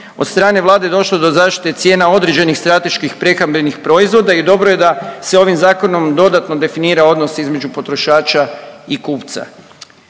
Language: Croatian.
Od strane Vlade došlo je do zaštite cijena određenih strateških prehrambenih proizvoda i dobro je da se ovim Zakonom dodatno definira odnos između potrošača i kupca.